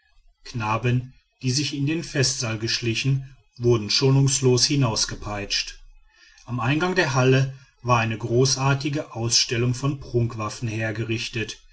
knaben die sich in den festsaal geschlichen wurden schonungslos hinausgepeitscht am eingang der halle war eine großartige ausstellung von prunkwaffen hergerichtet